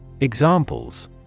Examples